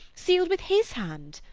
sealed with his hand?